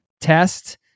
test